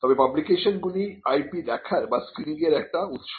তবে পাবলিকেশন গুলি IP দেখার বা স্ক্রিনিংয়ের একটি উৎস